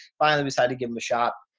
finally we decided to give them a shot.